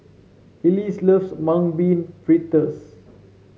Elease loves Mung Bean Fritters